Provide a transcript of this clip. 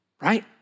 right